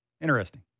Interesting